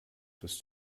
dass